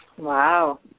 Wow